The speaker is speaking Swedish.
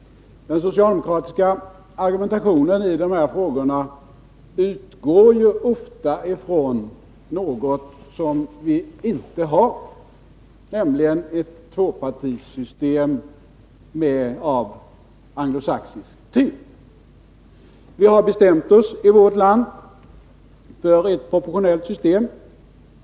Den socialdemokratiska argumentationen i de här frågorna utgår ju ofta ifrån något som vi inte har, nämligen ett tvåpartisystem av anglosaxisk typ. I vårt land har vi bestämt oss för ett proportionellt system.